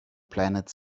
planet